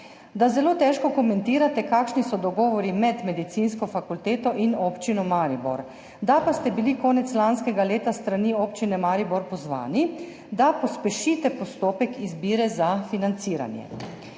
da zelo težko komentirate, kakšni so dogovori med Medicinsko fakulteto in občino Maribor, da pa ste bili konec lanskega leta s strani občine Maribor pozvani, da pospešite postopek izbire za financiranje.